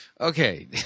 Okay